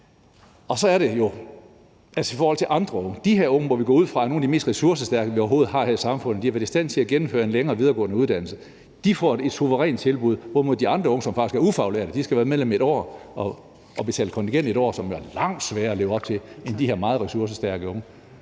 af dagpengene, altså i forhold til andre unge. De her unge må vi gå ud fra er nogle af de mest ressourcestærke, vi overhovedet har her i samfundet. De har været i stand til at gennemføre en længere videregående uddannelse. De får et suverænt tilbud, hvorimod de andre unge, som faktisk er ufaglærte, skal have været medlem 1 år og betale kontingent 1 år, hvilket vil være langt sværere at leve op til end det, som de her meget ressourcestærke unge